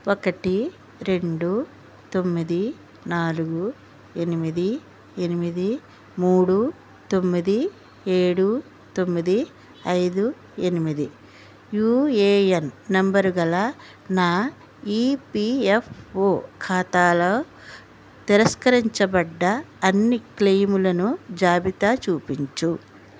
ఒకటి రెండు తొమ్మిది నాలుగు ఎనిమిది ఎనిమిది మూడు తొమ్మిది ఏడు తొమ్మిది ఐదు ఎనిమిది యుఏఎన్ నెంబర్ గల నా ఇపిఎఫ్ఓ ఖాతాలో తిరస్కరించబడ్డ అన్ని క్లెయిముల జాబితాను చూపించు